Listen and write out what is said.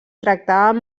tractaven